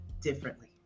differently